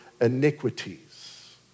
iniquities